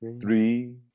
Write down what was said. Three